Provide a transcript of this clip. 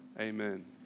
Amen